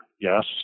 yes